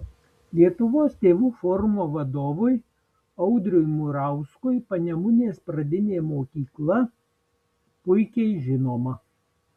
lietuvos tėvų forumo vadovui audriui murauskui panemunės pradinė mokykla puikiai žinoma